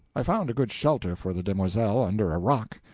i found a good shelter for the demoiselle under a rock,